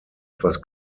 etwas